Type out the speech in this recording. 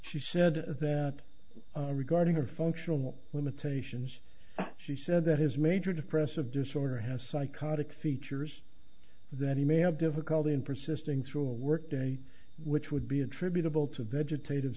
she said that regarding her functional limitations she said that his major depressive disorder has psychotic features that he may have difficulty in persisting through a work day which would be attributable to vegetative